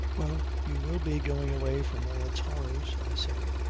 well, you will be going away from all its horrors, i said.